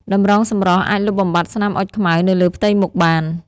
តម្រងសម្រស់អាចលុបបំបាត់ស្នាមអុចខ្មៅនៅលើផ្ទៃមុខបាន។